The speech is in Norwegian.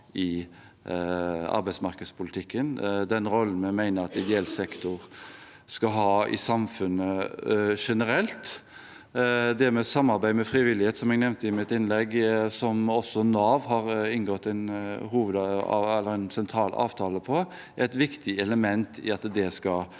i arbeidsmarkedspolitikken, og den rollen vi mener at ideell sektor skal ha i samfunnet generelt. Det med samarbeid med frivillige, som jeg nevnte i mitt innlegg, som også Nav har inngått en sentral avtale om, er et viktig element i at det skal